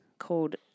called